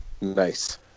Nice